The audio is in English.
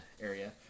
area